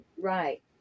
Right